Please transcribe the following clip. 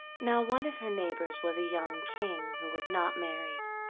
now one of her neighbors was a young king who was not married.